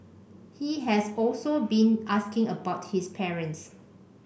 he has also been asking about his parents